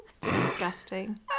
Disgusting